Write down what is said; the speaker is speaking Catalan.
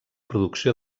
producció